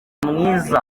mwiza